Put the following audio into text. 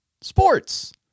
Sports